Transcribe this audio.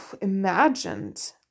imagined